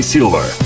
Silver